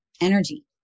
energy